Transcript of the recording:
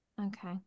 Okay